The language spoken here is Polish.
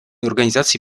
organizacji